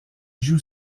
joue